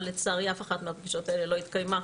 אבל לצערי אף אחת מהפגישות האלה לא התקיימה.